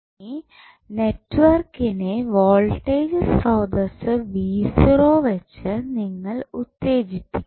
ഇനി നെറ്റ്വർക്കിനെ വോൾട്ടേജ് സ്രോതസ്സ് വെച്ച് നിങ്ങൾ ഉത്തേജിപ്പിക്കും